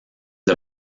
the